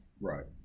Right